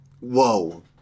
whoa